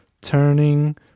turning